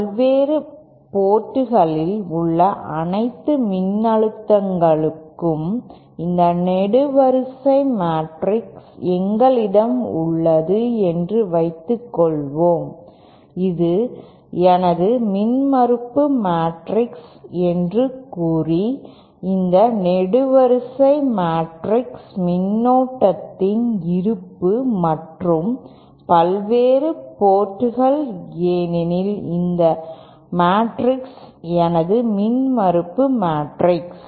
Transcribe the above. பல்வேறு போர்ட்களில் உள்ள அனைத்து மின்னழுத்தங்களுக்கும் இந்த நெடுவரிசை மேட்ரிக்ஸ் எங்களிடம் உள்ளது என்று வைத்துக்கொள்வோம் இது எனது மின்மறுப்பு மேட்ரிக்ஸ் என்று கூறி இந்த நெடுவரிசை மேட்ரிக்ஸ் மின்னோட்டத்தின் இருப்பு மற்றும் பல்வேறு போர்ட்கள் எனில் இந்த மேட்ரிக்ஸ் எனது மின்மறுப்பு மேட்ரிக்ஸ்